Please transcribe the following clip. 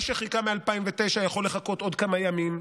מה שחיכה מ-2009 יכול לחכות עוד כמה ימים.